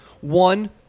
One